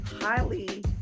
highly